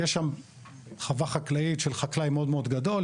יש שם חווה חקלאית של חקלאי מאוד מאוד גדול,